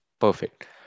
Perfect